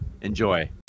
Enjoy